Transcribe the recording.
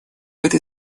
этой